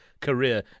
career